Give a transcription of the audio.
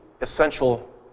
essential